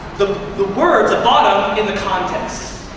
the the words, the bottom, in the context.